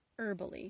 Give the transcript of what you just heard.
herbally